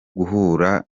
guhura